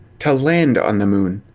to land on the moon.